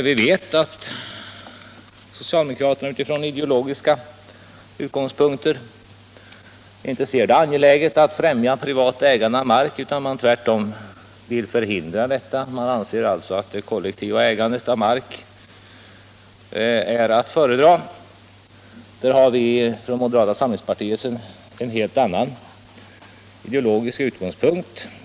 Vi vet att socialdemokraterna från ideologiska utgångspunkter inte ser det som angeläget att främja privat — Nr 107 ägande av mark utan tvärtom vill förhindra detta. Man anser att det Onsdagen den kollektiva ägandet av mark är att föredra. 21 april 1976 Vi i moderata samlingspartiet har en helt annan ideologisk utgångs-= = punkt.